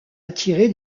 attiré